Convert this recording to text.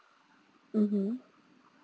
mmhmm